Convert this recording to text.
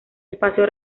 espacio